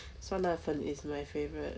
酸辣粉 is my favourite